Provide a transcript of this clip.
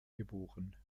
geboren